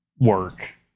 work